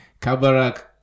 Kabarak